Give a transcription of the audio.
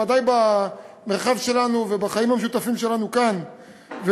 בוודאי במרחב שלנו ובחיים המשותפים שלנו כאן,